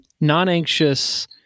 non-anxious